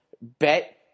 bet